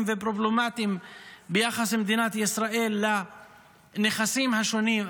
ופרובלמטיים ביחס של מדינת ישראל לנכסים השונים.